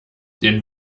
den